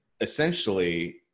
essentially